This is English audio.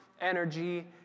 energy